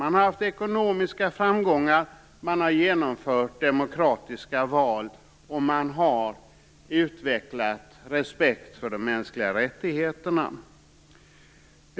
Man har haft ekonomiska framgångar, man har genomfört demokratiska val och man har utvecklat respekt för de mänskliga rättigheterna.